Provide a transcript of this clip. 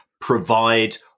provide